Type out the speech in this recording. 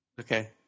Okay